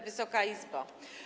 Wysoka Izbo!